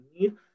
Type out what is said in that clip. need